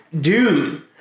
Dude